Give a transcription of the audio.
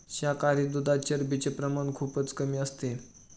शाकाहारी दुधात चरबीचे प्रमाण खूपच कमी असते